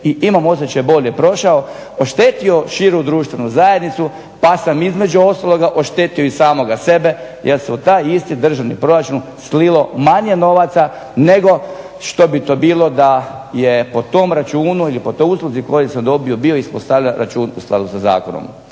i imam osjećaj bolje prošao oštetio širu društvenu zajednicu, pa sam između ostaloga oštetio i samoga sebe, jer se u taj isti državni proračun slilo manje novaca, nego što bi bilo da je po tom računu ili po toj usluzi koju sam dobio bio ispostavljen račun u skladu sa zakonom.